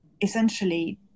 essentially